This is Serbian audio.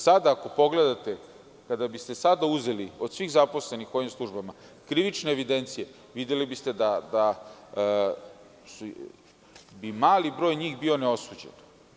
Sada, kada biste uzeli od svih zaposlenih u ovim službama krivične evidencije, videli biste da bi mali broj njih bio neosuđen.